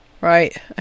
Right